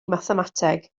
mathemateg